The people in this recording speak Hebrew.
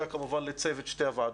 תודה כמובן לצוות שתי הוועדות.